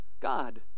God